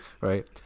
right